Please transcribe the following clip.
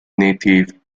native